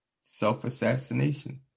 self-assassination